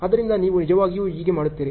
ಆದ್ದರಿಂದ ನೀವು ನಿಜವಾಗಿಯೂ ಹೇಗೆ ಮಾಡುತ್ತೀರಿ